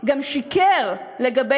מקצוע רציני ומוכשר זה להסיר את ידיו מכל